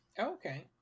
okay